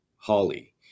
Holly